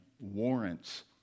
warrants